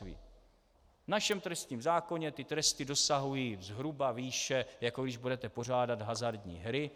V našem trestním zákoně ty tresty dosahují zhruba výše, jako když budete pořádat hazardní hry.